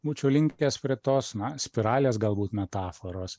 būčiau linkęs prie tos na spiralės galbūt metaforos